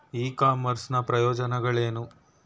E commerce ನ ಪ್ರಯೋಜನಗಳೇನು?